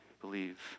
believe